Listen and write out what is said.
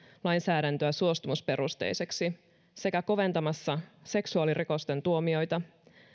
lainsäädäntöä suostumusperusteiseksi sekä koventamassa seksuaalirikosten tuomioita